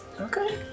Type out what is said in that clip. Okay